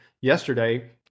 yesterday